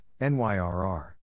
NYRR